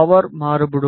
power மாறுபடும்